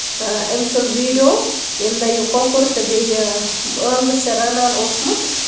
أمۍ سُند ویٖڈیو ییٚمہِ دۄہ یہِ کۄکُر تہٕ بیٚیہِ یہِ ٲلوٕ چھُ رَنان اوسمُت